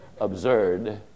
absurd